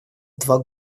два